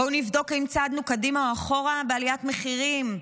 בואו נבדוק אם צעדנו קדימה או אחורה בעליית מחירים,